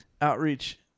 outreach